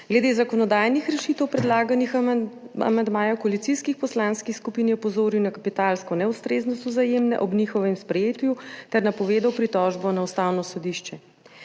Glede zakonodajnih rešitev predlaganih amandmajev koalicijskih poslanskih skupin je opozoril na kapitalsko neustreznost Vzajemne ob njihovem sprejetju ter napovedal pritožbo na Ustavno sodišče.